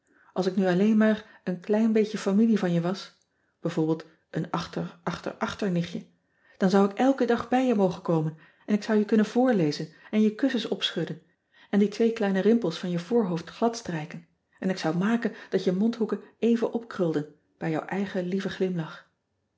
ls ik nu alleen maar een klein beetje familie van je was bijv een achter achter achternichtje dan zou ik elken dag bij je mogen komen en ik zou je kunnen voorlezen en je kussens opschudden en die twee kleine rimpels van je voorhoofd gladstrijken en ik zou maken dat je mondhoeken even opkrulden bij jouw eigen lieve glimlach